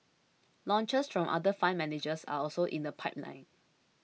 launches from other fund managers are also in the pipeline